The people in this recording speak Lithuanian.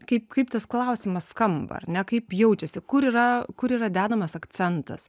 kaip kaip tas klausimas skamba ar ne kaip jaučiasi kur yra kur yra dedamas akcentas